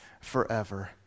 forever